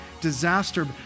disaster